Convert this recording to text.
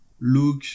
look